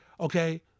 okay